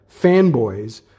fanboys